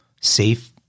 safe